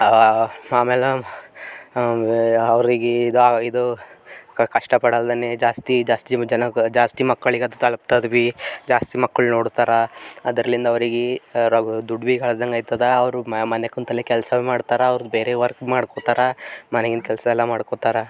ಆ ಆಮೇಲೆ ಅವ್ರಿಗೆ ಇದು ಇದು ಕಷ್ಟ ಪಡಲ್ದೇನೆ ಜಾಸ್ತಿ ಜಾಸ್ತಿ ಜನ ಜಾಸ್ತಿ ಮಕ್ಕಳಿಗದು ತಲುಪ್ತದೆ ಭಿ ಜಾಸ್ತಿ ಮಕ್ಕ್ಳು ನೋಡ್ತಾರ ಅದರ್ಲಿಂದ ಅವ್ರಿಗೆ ರೊ ದುಡ್ ಭಿ ಗಳಸದಂಗಾಗ್ತದ ಅವರು ಮನ್ಯಾಗೆ ಕುಂತಲ್ಲೆ ಕೆಲಸ ಮಾಡ್ತಾರ ಅವ್ರು ಬೇರೆ ವರ್ಕ್ ಮಾಡ್ಕೋತಾರೆ ಮನೆಗಿಂದ ಕೆಲಸ ಎಲ್ಲ ಮಾಡ್ಕೋತಾರೆ